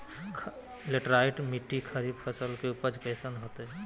Laterite मिट्टी खरीफ फसल के उपज कईसन हतय?